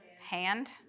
Hand